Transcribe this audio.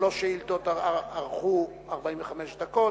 שלוש השאילתות ארכו 45 דקות,